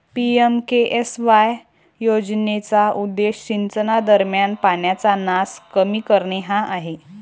PMKSY योजनेचा उद्देश सिंचनादरम्यान पाण्याचा नास कमी करणे हा आहे